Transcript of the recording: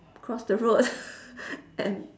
cross the road and